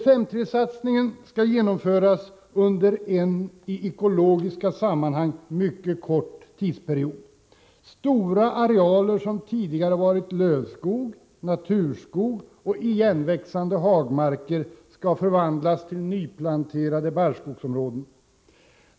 5:3-satsningen skall genomföras under en i ekologiska sammanhang mycket kort tidsperiod. Stora arealer, som tidigare varit lövskog, naturskog och igenväxande hagmarker, skall förvandlas till nyplanterade barrskogsområden.